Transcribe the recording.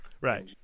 Right